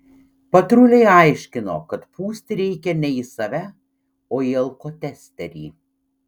patruliai aiškino kad pūsti reikia ne į save o į alkotesterį